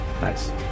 Nice